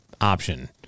option